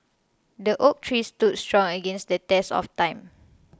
the oak tree stood strong against the test of time